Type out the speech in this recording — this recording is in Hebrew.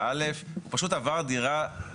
ואנחנו נמצאים כרגע בפני המחוקק.